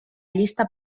llista